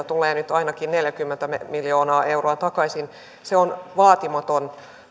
tulee nyt ainakin neljäkymmentä miljoonaa euroa takaisin se on vaatimaton